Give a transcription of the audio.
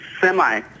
semi